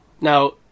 Now